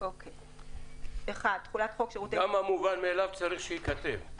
גם המובן מאליו צריך שייכתב.